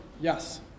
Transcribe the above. yes